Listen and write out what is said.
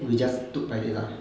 we just don't like that ah